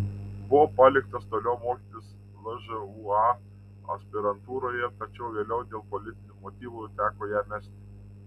buvo paliktas toliau mokytis lžūa aspirantūroje tačiau vėliau dėl politinių motyvų teko ją mesti